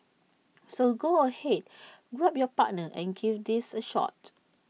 so go ahead grab your partner and give these A shot